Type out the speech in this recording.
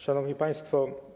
Szanowni Państwo!